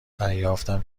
دریافتم